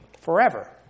forever